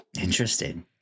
Interesting